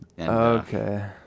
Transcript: Okay